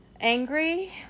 angry